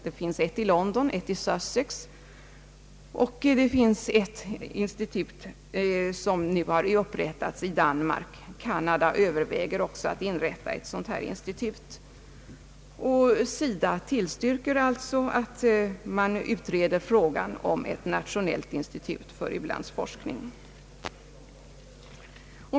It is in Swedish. Det finns ett i London, ett i Sussex, och ett institut har nu upprättats i Danmark. Canada överväger också att inrätta ett sådant institut. SIDA tillstyrkte alltså att man utreder frågan om ett institut för u-landsforskning.